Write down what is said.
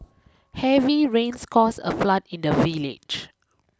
heavy rains caused a flood in the village